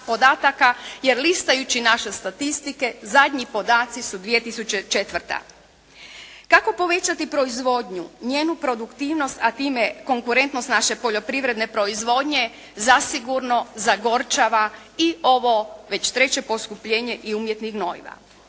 jer listajući naše statistike zadnji podaci su 2004. Kako povećati proizvodnju, njenu produktivnost a time konkurentnost naše poljoprivredne proizvodnje zasigurno zagorčava i ovo već treće poskupljenje i umjetnih gnojiva.